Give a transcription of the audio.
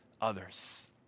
others